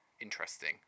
interesting